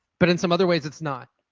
but in some other ways it's not.